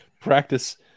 practice